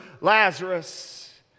Lazarus